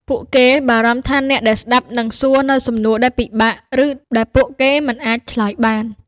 ពួកគេបារម្ភថាអ្នកដែលស្តាប់នឹងសួរនូវសំណួរដែលពិបាក ឬដែលពួកគេមិនអាចឆ្លើយបាន។